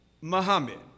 Muhammad